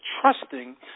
trusting